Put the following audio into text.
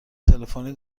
تلفنی